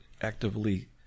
actively